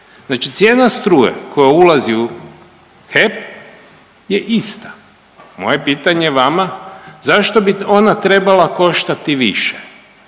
Znači cijena struje koja ulazi u HEP je ista. Moje pitanje vama, zašto bi ona trebala koštati više?